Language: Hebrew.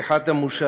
בפתיחת הכנס,